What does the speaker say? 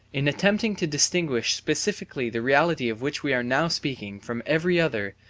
in attempting to distinguish specifically the reality of which we are now speaking from every other,